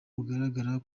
bugaragara